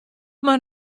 mar